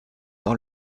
dans